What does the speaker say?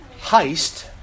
heist